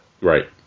Right